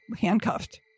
handcuffed